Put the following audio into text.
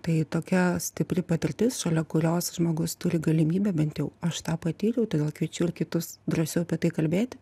tai tokia stipri patirtis šalia kurios žmogus turi galimybę bent jau aš tą patyriau todėl kviečiu ir kitus drąsiau apie tai kalbėti